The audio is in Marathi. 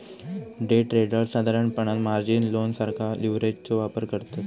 डे ट्रेडर्स साधारणपणान मार्जिन लोन सारखा लीव्हरेजचो वापर करतत